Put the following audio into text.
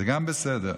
גם זה בסדר.